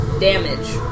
damage